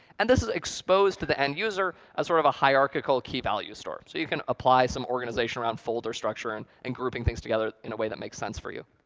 and this is exposed to the end user as sort of a hierarchical key value store. so you can apply some organization around folder structure and and grouping things together in a way that makes sense for you.